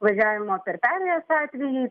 važiavimo per perėjas atvejai